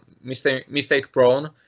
mistake-prone